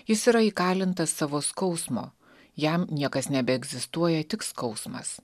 jis yra įkalintas savo skausmo jam niekas nebeegzistuoja tik skausmas